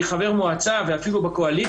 אני חבר מועצה וגם בקואליציה,